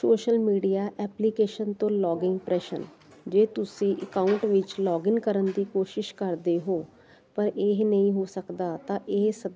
social media application ਤੋਂ logging ਪ੍ਰਸ਼ਨ ਜੇ ਤੁਸੀਂ ਅਕਾਊਂਟ ਵਿੱਚ ਲੋਗਇਨ ਕਰਨ ਦੀ ਕੋਸ਼ਿਸ਼ ਕਰਦੇ ਹੋ ਪਰ ਇਹ ਨਹੀਂ ਹੋ ਸਕਦਾ ਤਾਂ ਇਹ ਸਦ